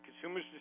consumer's